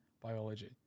biology